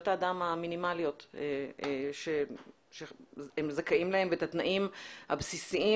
האדם המינימליות שהם זכאים להן ואת התנאים הבסיסיים